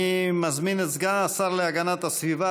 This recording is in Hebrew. אני מזמין את סגן השר להגנת הסביבה,